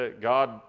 God